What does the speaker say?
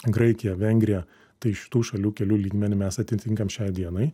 graikija vengrija tai šitų šalių kelių lygmenį mes atitinkam šiai dienai